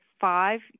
five